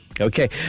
Okay